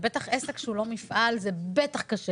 ולעסק שהוא לא מפעל זה בטח קשה,